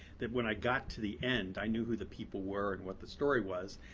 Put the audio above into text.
that when i got to the end i knew who the people were and what the story was.